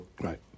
Right